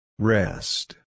Rest